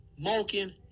Malkin